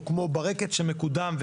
או כמו ברקת שמקודם,